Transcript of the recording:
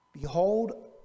Behold